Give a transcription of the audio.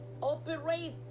operate